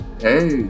hey